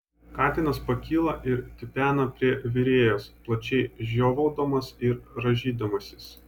katinas pakyla ir tipena prie virėjos plačiai žiovaudamas ir rąžydamasis